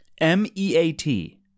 M-E-A-T